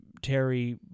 Terry